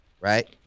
right